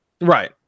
Right